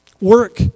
work